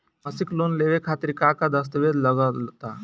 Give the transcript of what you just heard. मसीक लोन लेवे खातिर का का दास्तावेज लग ता?